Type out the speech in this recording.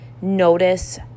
notice